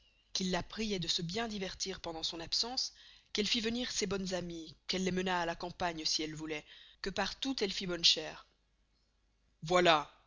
qu'il la prioit de se bien divertir pendant son absence qu'elle fist venir ses bonnes amies qu'elle les menast à la campagne si elle vouloit que partout elle fist bonne chere